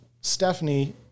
Stephanie